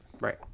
Right